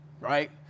right